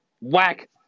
Whack